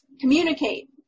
communicate